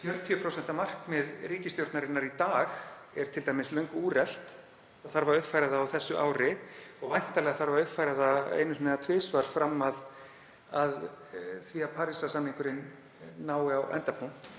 40% markmið ríkisstjórnarinnar í dag er t.d. löngu úrelt. Það þarf að uppfæra það á þessu ári og væntanlega þarf að uppfæra það einu sinni eða tvisvar fram að því að Parísarsamningurinn nái á endapunkt.